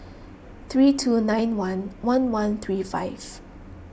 three two nine one one one three five